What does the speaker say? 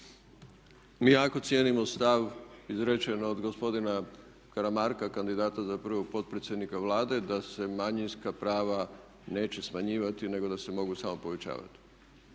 Mi jako cijenimo stav izrečen od gospodina Karamarka, kandidata za prvog potpredsjednika Vlade da se manjinska prava neće smanjivati nego da se mogu samo povećavati.